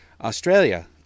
Australia